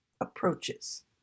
approaches